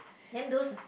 then those